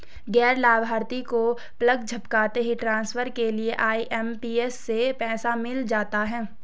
गैर लाभार्थी को पलक झपकते ही ट्रांसफर के लिए आई.एम.पी.एस से पैसा मिल जाता है